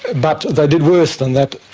but they did worse than that,